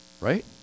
right